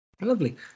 Lovely